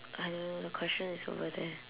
I don't know the question is over there